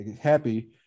Happy